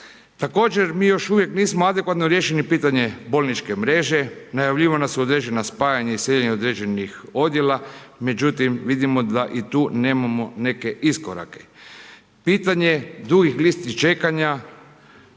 Također, mi još uvijek nismo adekvatno riješili pitanje bolničke mreže. Najavljivana su određena spajanja .../Govornik se ne razumije./... određenih odjela. Međutim, vidimo da i tu nemamo neke iskorake. Pitanje dugih listi čekanja